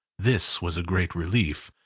this was a great relief,